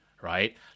right